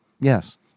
yes